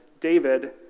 David